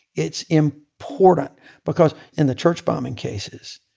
it's important because in the church bombing cases,